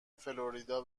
فلوریدا